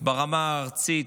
ברמה הארצית,